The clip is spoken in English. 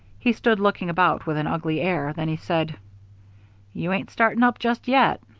he stood looking about with an ugly air, then he said you ain't starting up just yet.